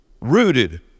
rooted